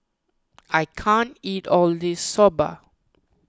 I can't eat all this Soba